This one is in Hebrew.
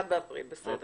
ב-1 באפריל, בסדר.